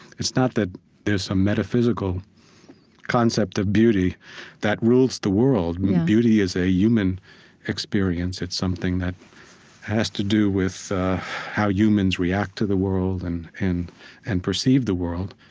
it's not that there's some metaphysical concept of beauty that rules the world beauty is a human experience. it's something that has to do with how humans react to the world and and and perceive the world.